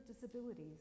disabilities